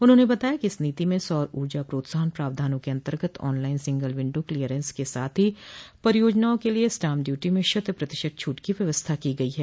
उन्होंने बताया कि इस नीति में सौर ऊर्जा प्रोत्साहन प्रावधानों के अन्तर्गत online single window clearance के साथ ही परियोजनाओं के लिये स्टाम्प ड्यूटी में शत प्रतिशत छूट की व्यवस्था की गई है